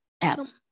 Adam